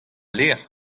levr